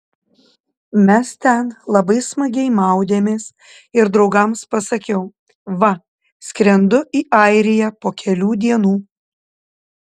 mes ten labai smagiai maudėmės ir draugams pasakiau va skrendu į airiją po kelių dienų